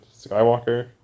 Skywalker